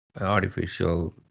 artificial